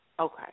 Okay